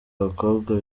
abakobwa